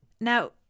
Now